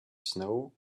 snow